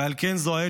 ועל כן זו העת,